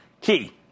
key